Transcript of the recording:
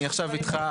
אני עכשיו איתך.